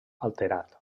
alterat